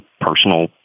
personal